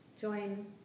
Join